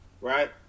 right